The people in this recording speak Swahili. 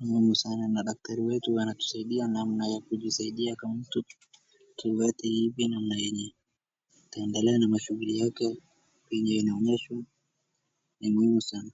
Ni muhimu sana. Na daktari wetu anatusaidia namna ya kujisaidia kama mtu kiwete hivi na namna yenye ataendelea na mashughuli yake penye inaonyeshwa. Ni muhimu sana.